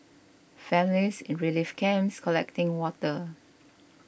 families in relief camps collecting water